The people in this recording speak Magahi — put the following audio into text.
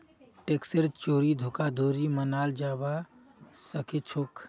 टैक्सेर चोरी धोखाधड़ी मनाल जाबा सखेछोक